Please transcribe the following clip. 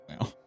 now